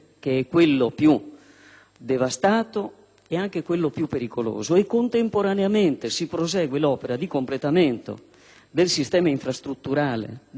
devastato e anche più pericoloso. Contemporaneamente, si prosegue l'opera di completamento del sistema infrastrutturale della Venezia Sud,